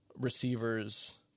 receivers